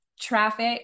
traffic